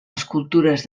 escultures